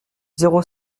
zéro